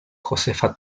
josefa